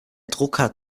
drucker